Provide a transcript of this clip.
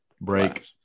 Break